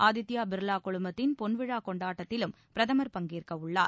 ஆதித்ய பிர்லா குழுமத்தின் பொன்விழா கொண்டாட்டத்திலும் பிரதமர் பங்கேற்கவுள்ளார்